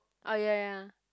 oh ya ya